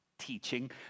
Teaching